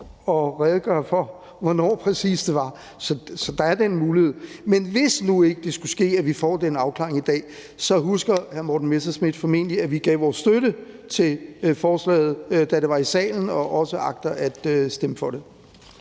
og redegøre for, hvornår præcis det var. Så der er den mulighed. Men hvis nu ikke det skulle ske, at vi får den afklaring i dag, så husker hr. Morten Messerschmidt formentlig, at vi gav vores støtte til forslaget, da det var i salen, og også agter at stemme for det.